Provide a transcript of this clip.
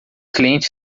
cliente